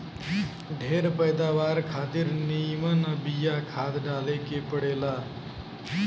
ढेर पैदावार खातिर निमन बिया खाद डाले के पड़ेला